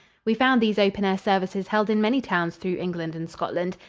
we found these open-air services held in many towns through england and scotland.